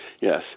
Yes